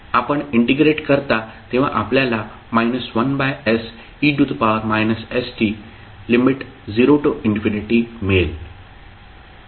आपण इंटिग्रेट करता तेव्हा आपल्याला 1se st।0 मिळेल